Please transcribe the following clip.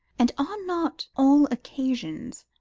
and are not all occasions,